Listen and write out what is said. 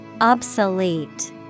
obsolete